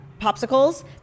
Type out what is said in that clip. popsicles